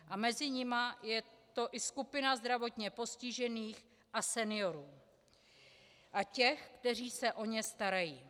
A mezi nimi je to i skupina zdravotně postižených a seniorů a těch, kteří se o ně starají.